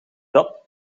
dat